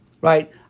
right